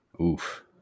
Oof